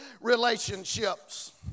relationships